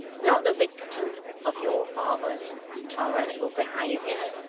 not the wictim of your father's tyrannical behaviour,